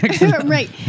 Right